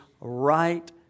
right